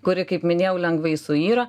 kuri kaip minėjau lengvai suyra